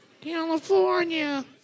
California